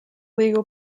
legal